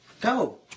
go